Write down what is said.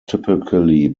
typically